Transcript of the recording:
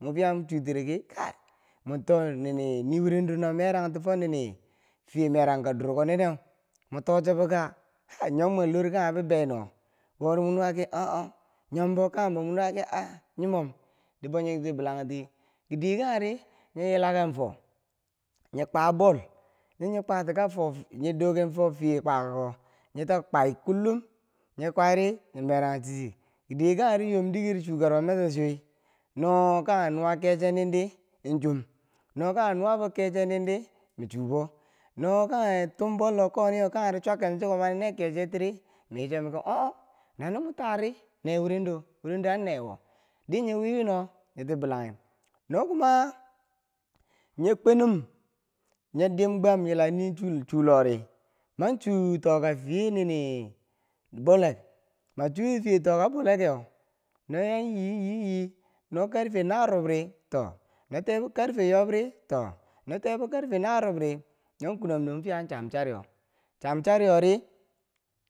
Mo fiya mi chuu tiri ki kai, mo too nini nii wurendo no merang ti fo nini fiye merangka durko nineu, mo to cho boo ka? hai nyom mwen lor kanghe bi bei no wo ri mo nuwa ki o ong, nyombo kanghembo mo nuwa ki e nyimom. di bo nyi ti bilangti ki diye kangheri, nyi yilaken fo, nya kwa boll no nya kwati ka fo nyi doken fo fiye kwa kako wo nyata kwai kullum nyi kwari, nyi merang chiti. bidiye kangheri, nyom diker chukaro mita chui no kanghe nuwa keche nen di, No kanghe nuwabo keche nin di mi chubo no kanghe tuum bollo koni nyo kangheri chwakkenti chuko mani ne keche tiri, ma yi cho miki o- ong, nano mo taa ri, ne wurendo wurendo an ne wo. Di nyi wiwi no nyi ti bilanghi no kuma nyi kwenum nyi dim gwam yila nyin churi chu loh ri, man chuu toka fiye nini bolle ma chuti fiye toka bolekeu no ya yii yi yi no karfe naarub ri to, no tebo karfe yobri to, no kebo karfe narub ri non kwenum di mwi fiya ya cham chariyo ri